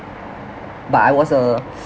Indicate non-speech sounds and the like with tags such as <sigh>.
but I was a <breath>